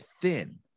thin